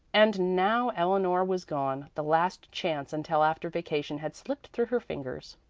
and now eleanor was gone the last chance until after vacation had slipped through her fingers.